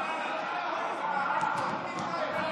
המזכירה קובעת, מזכירת הכנסת.